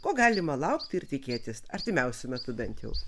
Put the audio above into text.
ko galima laukti ir tikėtis artimiausiu metu bent jau